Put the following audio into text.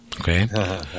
Okay